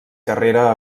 carrera